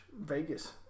Vegas